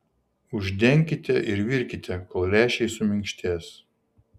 uždenkite ir virkite kol lęšiai suminkštės